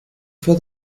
fue